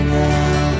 now